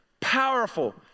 powerful